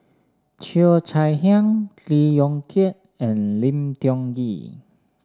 Cheo Chai Hiang Lee Yong Kiat and Lim Tiong Ghee